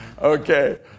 Okay